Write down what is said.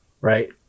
right